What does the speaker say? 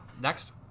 Next